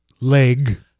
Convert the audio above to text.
leg